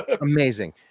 Amazing